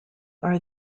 are